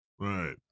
right